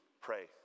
pray